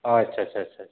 ᱟᱪᱪᱷᱟ ᱪᱷᱟ ᱪᱷᱟ